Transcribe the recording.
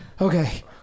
Okay